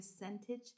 percentage